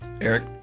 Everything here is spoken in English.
Eric